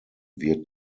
wird